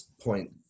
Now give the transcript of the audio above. point